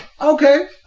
Okay